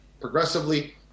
Progressively